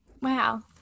Wow